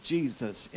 Jesus